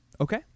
Okay